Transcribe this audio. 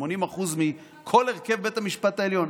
80% מכל הרכב בית המשפט העליון.